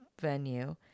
venue